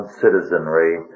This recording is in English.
citizenry